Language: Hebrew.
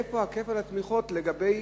איפה כפל התמיכות לגבי